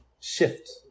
shift